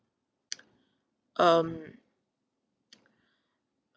um